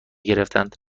گرفتند